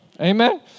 Amen